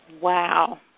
Wow